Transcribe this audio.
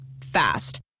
Fast